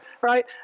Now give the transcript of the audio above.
right